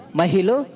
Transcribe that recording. mahilo